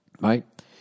right